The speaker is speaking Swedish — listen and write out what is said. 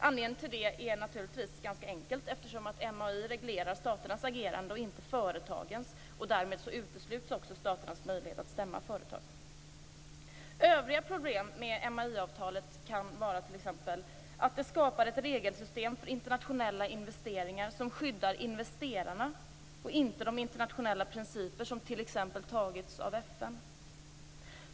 Anledningen till det är naturligtvis ganska enkel, eftersom MAI reglerar staternas agerande och inte företagens. Därmed utesluts staternas möjlighet att stämma företag. Övriga problem med MAI-avtalet kan vara t.ex. att det skapar ett regelsystem för internationella investeringar som skyddar investerarna, och inte de internationella principer som t.ex. antagits av FN.